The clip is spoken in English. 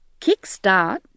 kickstart